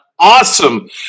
awesome